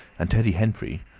and teddy henfrey,